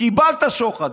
וקיבלת שוחד,